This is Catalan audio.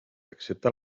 excepte